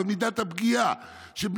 במידת הפגיעה של,